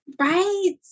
Right